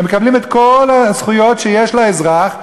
הם מקבלים את כל הזכויות שיש לאזרח,